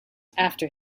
after